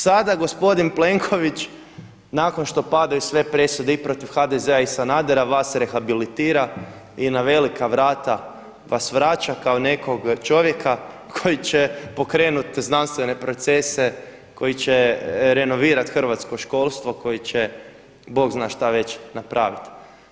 Sada gospodin Plenković nakon što padaju sve presude i protiv HDZ-a i Sanadera, vas rehabilitira i na velika vrata vas vraća kao nekog čovjeka koji će pokrenuti znanstvene procese koji će renovirat hrvatsko školstvo, koji će Bog zna što već napraviti.